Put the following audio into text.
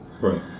right